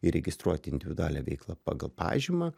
įregistruoti individualią veiklą pagal pažymą